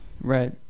right